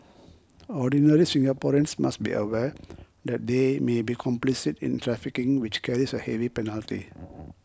ordinary Singaporeans must be aware that they may be complicit in trafficking which carries a heavy penalty